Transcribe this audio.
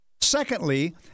Secondly